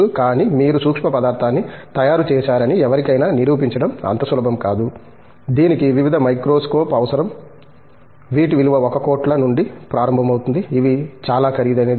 కానీ మీరు సూక్ష్మ పదార్ధాన్ని తయారు చేశారని ఎవరికైనా నిరూపించడం అంత సులభం కాదు దీనికి వివిధ మైక్రోస్కోప్ అవసరం వీటి విలువ 1 కోట్ల నుండి ప్రారంభమవుతుంది ఇవి చాలా ఖరీదైనవి